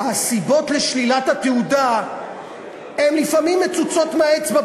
הסיבות לשלילת התעודה מצוצות מהאצבע,